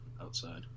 outside